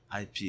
IP